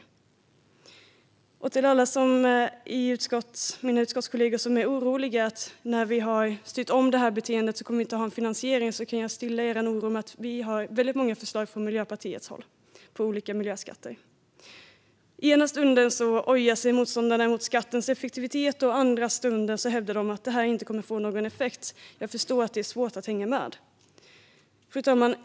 Till de utskottskollegor som är oroliga för att vi inte kommer att ha någon finansiering när vi har styrt om det här beteendet kan jag, för att stilla deras oro, säga att vi i Miljöpartiet har väldigt många förslag på olika miljöskatter. Ena stunden ojar sig motståndarna över skattens effektivitet, andra stunden hävdar de att den inte kommer att få någon effekt. Jag förstår att det är svårt att hänga med. Fru talman!